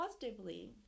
positively